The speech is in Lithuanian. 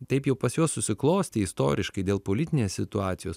taip jau pas juos susiklostė istoriškai dėl politinės situacijos